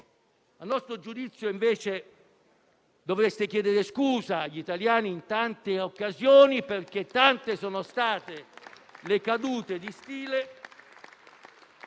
A nostro giudizio, avreste dovuto chiedere scusa agli italiani in tante occasioni, perché tante sono state le cadute di stile.